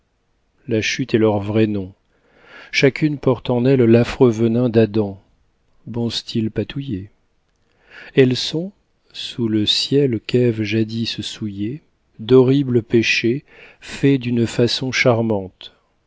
la chute est leur vrai nom chacune porte en elle l'affreux venin d'adam bon style patouillet elles sont sous le ciel qu'eve jadis souillait d'horribles péchés faits d'une façon charmante